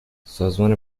سازمان